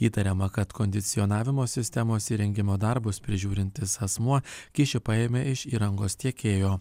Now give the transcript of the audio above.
įtariama kad kondicionavimo sistemos įrengimo darbus prižiūrintis asmuo kyšį paėmė iš įrangos tiekėjo